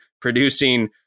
producing